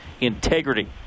integrity